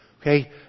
okay